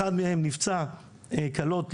אחד מהם נפצע קלות,